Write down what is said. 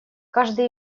каждый